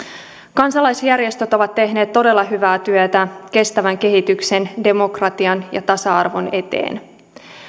kansalaisjärjestöt ovat tehneet todella hyvää työtä kestävän kehityksen demokratian ja tasa arvon eteen